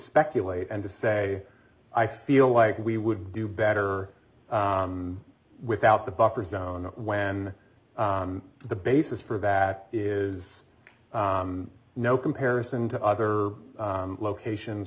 speculate and to say i feel like we would do better without the buffer zone when the basis for that is no comparison to other locations